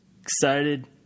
excited